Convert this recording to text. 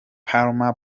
palmer